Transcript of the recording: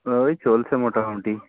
ওই চলছে মোটামুটি